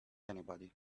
anybody